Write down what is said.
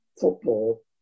football